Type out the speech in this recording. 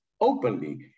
openly